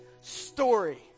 story